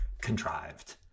contrived